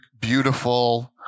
beautiful